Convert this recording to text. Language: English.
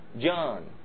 John